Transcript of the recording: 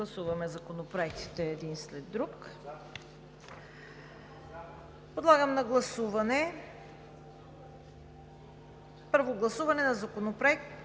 първо гласуване Законопроект